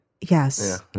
Yes